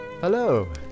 hello